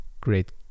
great